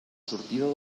sortida